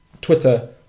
Twitter